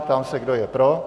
Ptám se, kdo je pro.